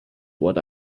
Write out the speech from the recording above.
what